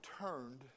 turned